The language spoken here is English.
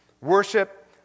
Worship